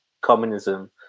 communism